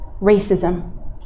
racism